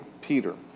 Peter